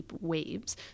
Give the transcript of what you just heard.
waves